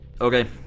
Okay